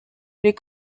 les